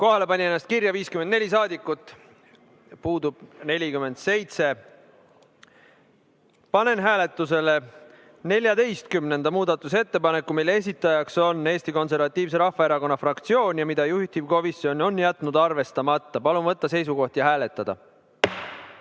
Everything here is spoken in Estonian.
Kohalolijaks pani ennast kirja 54 saadikut ja puudub 47.Panen hääletusele 14. muudatusettepaneku, mille esitaja on Eesti Konservatiivse Rahvaerakonna fraktsioon ja mille juhtivkomisjon on jätnud arvestamata. Palun võtta seisukoht ja hääletada!